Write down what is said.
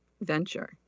venture